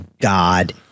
God